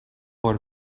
por